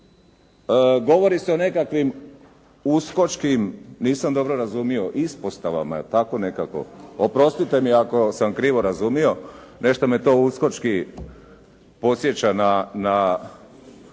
Govori se o nekakvim uskočkim, nisam dobro razumio, ispostavama ili tako nekako. Oprostite mi ako sam krivo razumio, nešto me to uskočki podsjeća na